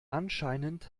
anscheinend